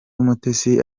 umutesi